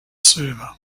server